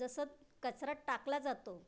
जसं कचरा टाकला जातो